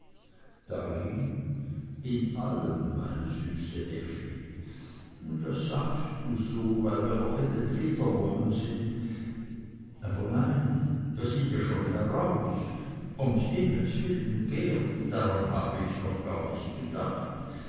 darin in allem meine süße effi das sagst du so weil wir noch in den flitterwochen sind aber nein wir sind ja schon heraus um himmels willen geert daran habe ich noch gar nicht gedacht